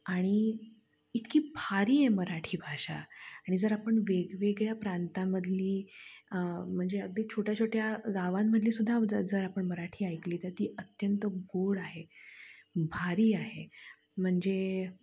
आणि इतकी भारी आहे मराठी भाषा आणि जर आपण वेगवेगळ्या प्रांतामधली म्हणजे अगदी छोट्या छोट्या गावांमधलीसुद्धा जर आपण मराठी ऐकली तर ती अत्यंत गोड आहे भारी आहे म्हणजे